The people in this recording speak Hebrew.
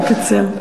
תקצר.